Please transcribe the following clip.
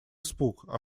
испуг